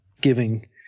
giving